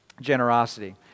generosity